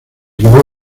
quedó